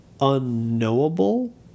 unknowable